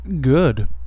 Good